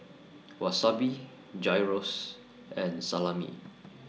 Wasabi Gyros and Salami